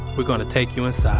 we're gonna take you so